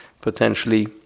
potentially